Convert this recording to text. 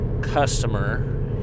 customer